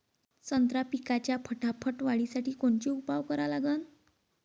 संत्रा पिकाच्या फटाफट वाढीसाठी कोनचे उपाव करा लागन?